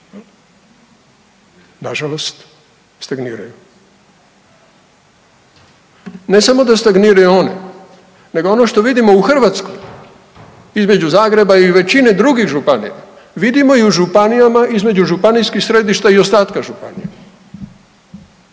nažalost stagniraju Ne samo da stagniraju one, nego ono što vidimo u Hrvatskoj između Zagreba i većine drugih županija, vidimo i u županijama između županijskih središta i ostatka županija.